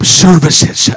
services